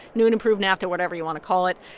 new and improved nafta, whatever you want to call it.